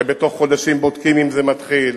הרי בתוך חודשים בודקים אם זה מתחיל,